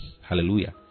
Hallelujah